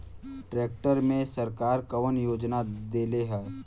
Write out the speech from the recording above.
Tractor मे सरकार कवन योजना देले हैं?